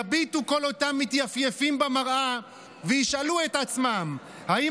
יביטו כל אותם מתייפייפים במראה וישאלו את עצמם אם